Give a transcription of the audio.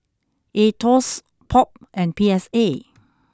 Aetos Pop and P S A